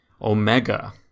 Omega